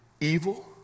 evil